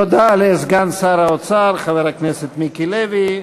תודה לסגן שר האוצר חבר הכנסת מיקי לוי.